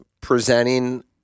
presenting